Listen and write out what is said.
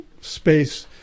space